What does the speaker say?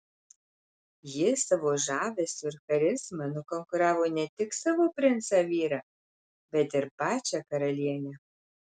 ji savo žavesiu ir charizma nukonkuravo ne tik savo princą vyrą bet ir pačią karalienę